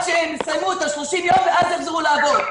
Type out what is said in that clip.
עד שהם יסיימו את ה-30 יום ואז יחזרו לעבוד.